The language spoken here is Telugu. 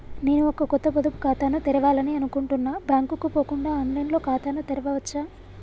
నేను ఒక కొత్త పొదుపు ఖాతాను తెరవాలని అనుకుంటున్నా బ్యాంక్ కు పోకుండా ఆన్ లైన్ లో ఖాతాను తెరవవచ్చా?